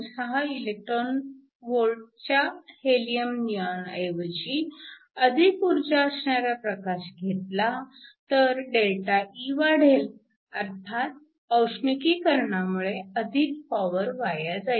96 eV च्या helium निऑनऐवजी अधिक ऊर्जा असणारा प्रकाश घेतला तर ΔE वाढेल अर्थात औष्णिकीकरणामुळे अधिक पॉवर वाया जाईल